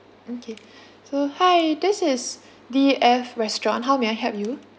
okay so hi this is D E F restaurant how may I help you